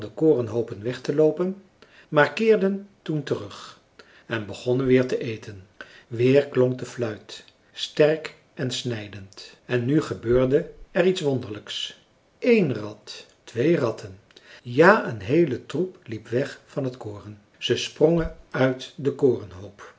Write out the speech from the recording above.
de korenhoopen weg te loopen maar keerden toen terug en begonnen weer te eten weer klonk de fluit sterk en snijdend en nu gebeurde er iets wonderlijks eén rat twee ratten ja een heele troep liep weg van het koren ze sprongen uit den korenhoop